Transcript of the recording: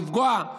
לפגוע.